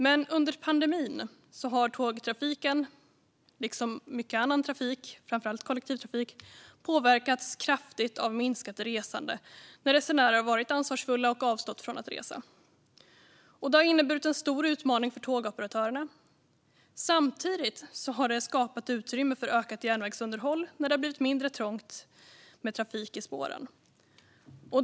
Men under pandemin har tågtrafiken liksom mycket annan trafik, framför allt kollektivtrafik, påverkats kraftigt av minskat resande, när resenärer har varit ansvarsfulla och avstått från att resa. Detta har inneburit en stor utmaning för tågoperatörerna. Samtidigt har det skapat utrymme för ökat järnvägsunderhåll när det har blivit mindre trångt på spåren.